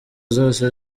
zose